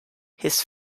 his